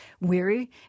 weary